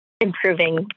improving